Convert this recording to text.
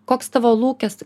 koks tavo lūkest